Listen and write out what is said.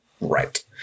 Right